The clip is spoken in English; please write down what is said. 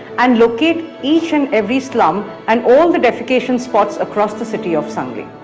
and locate each and every slum and all the defecation spots across the city of sangli.